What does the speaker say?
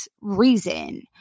reason